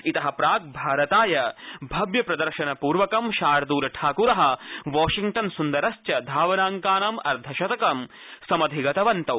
इत प्राक् भारताय भव्यप्रदर्शनपूर्वक शाईलठाकुर वारिङ्न सुन्दरश्च धावनाङ्कान् अर्धशतक समधिगतवन्तौ